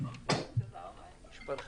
נחזור אליך